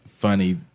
Funny